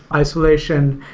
isolation,